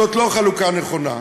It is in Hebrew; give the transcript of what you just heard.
זאת לא חלוקה נכונה.